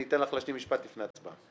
אני אתן לך להשלים משפט לפני הצבעה.